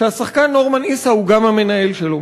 שהשחקן נורמן עיסא הוא גם המנהל שלו.